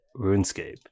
RuneScape